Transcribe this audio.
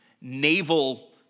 naval